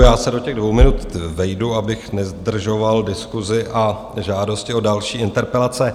Já se do těch dvou minut vejdu, abych nezdržoval diskusi a žádosti o další interpelace.